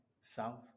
south